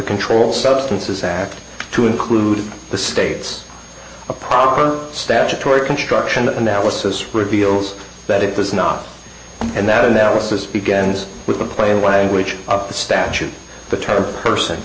controlled substances act to include the states a proper statutory construction analysis reveals that it does not and that analysis begins with the plain language of the statute the term person